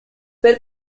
per